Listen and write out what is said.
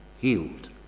healed